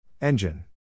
Engine